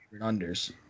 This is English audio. unders